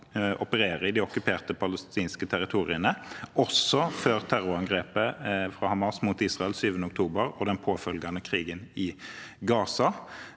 som opererer i de okkuperte palestinske territoriene, også før terrorangrepet fra Hamas mot Israel den 7. oktober og den påfølgende krigen i Gaza.